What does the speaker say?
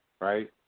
right